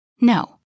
No